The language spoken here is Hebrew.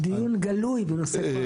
דיון גלוי בנושא כוח האדם במשטרה.